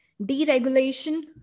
deregulation